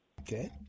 Okay